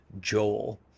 Joel